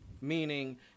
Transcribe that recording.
meaning